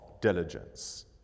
diligence